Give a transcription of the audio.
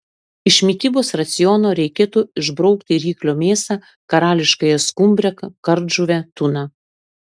iš mitybos raciono reikėtų išbraukti ryklio mėsą karališkąją skumbrę kardžuvę tuną